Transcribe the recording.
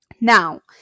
Now